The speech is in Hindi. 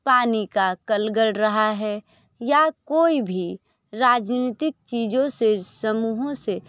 पानी का कल गढ़ रहा है या कोई भी राजनीतिक चीज़ों से समूहों से